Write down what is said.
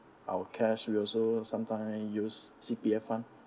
our cash we also sometimes use C_P_F fund